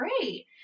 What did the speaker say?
great